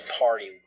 party